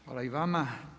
Hvala i vama.